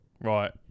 Right